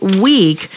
week